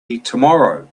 tomorrow